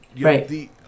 right